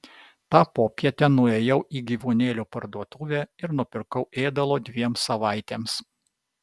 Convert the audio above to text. tą popietę nuėjau į gyvūnėlių parduotuvę ir nupirkau ėdalo dviem savaitėms